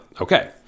Okay